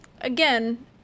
again